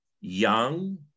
young